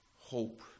hope